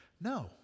no